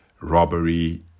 robbery